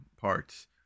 parts